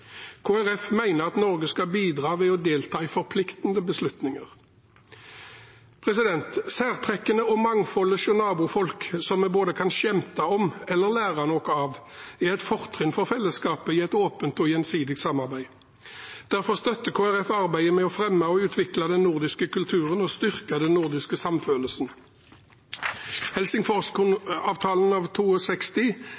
at Norge skal bidra ved å delta i forpliktende beslutninger. Særtrekkene og mangfoldet hos nabofolk som vi både kan skjemte om og lære noe av, er et fortrinn for fellesskapet i åpent og gjensidig samarbeid. Derfor støtter Kristelig Folkeparti arbeidet med å fremme og utvikle den nordiske kulturen og styrke den nordiske samfølelsen.